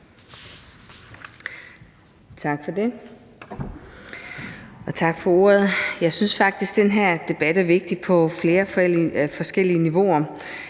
Tak for det, og tak for ordet. Jeg synes faktisk, den her debat er vigtig på flere forskellige niveauer.